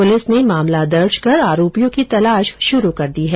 police ने मामला दर्ज कर आरोपियों की तलाश श्रू कर दी है